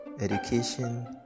education